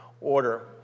order